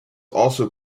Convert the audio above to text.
also